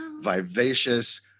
vivacious